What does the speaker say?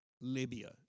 Libya